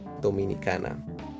Dominicana